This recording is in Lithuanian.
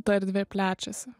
ta erdvė plečiasi